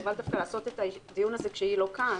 חבל דווקא לעשות את הדיון הזה כשהיא לא כאן.